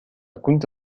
كنت